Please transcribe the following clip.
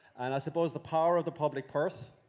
and i suppose the power of the public purse,